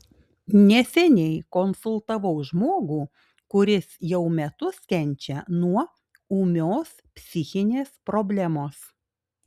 neseniai konsultavau žmogų kuris jau metus kenčia nuo ūmios psichinės problemos